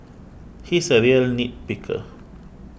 he is a real nit picker